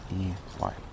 E-Y